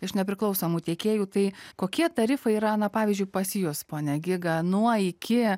iš nepriklausomų tiekėjų tai kokie tarifai yra na pavyzdžiui pas jus pone giga nuo iki